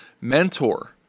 mentor